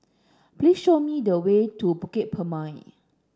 please show me the way to Bukit Purmei